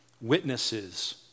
witnesses